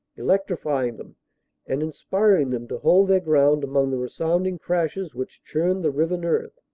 electrifying them and inspiring them to hold their ground among the resounding crashes which churned the ri ven earth.